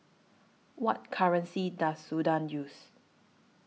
What currency Does Sudan use